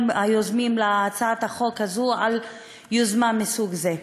היוזמים של הצעת החוק הזו על יוזמה מסוג זה.